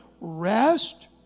rest